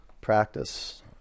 practice